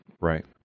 Right